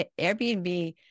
Airbnb